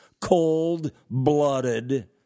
Cold-blooded